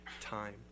time